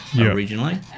originally